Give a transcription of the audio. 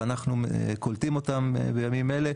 ואנחנו קולטים אותם בימים אלה.